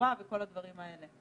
הסגירה וכל הדברים האלה?